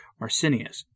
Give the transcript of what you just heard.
Marcinius